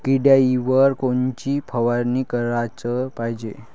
किड्याइवर कोनची फवारनी कराच पायजे?